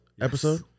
episode